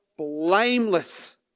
blameless